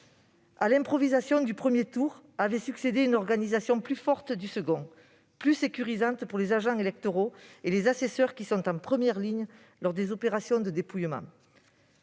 À l'improvisation du premier tour avait succédé une organisation plus forte du second, plus sécurisante pour les agents électoraux et les assesseurs, qui sont en première ligne lors des opérations de dépouillement.